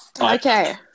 Okay